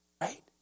Right